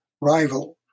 rival